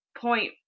point